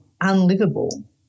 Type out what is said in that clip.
unlivable